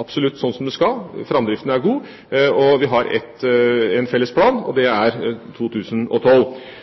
absolutt slik som det skal. Framdriften er god, og vi har en felles plan, og det